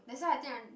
that's why I think I